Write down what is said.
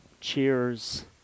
cheers